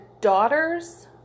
daughters